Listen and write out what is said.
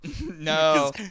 No